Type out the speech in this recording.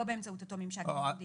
לא באמצעות אותו ממשק ייעודי.